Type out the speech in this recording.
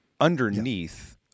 underneath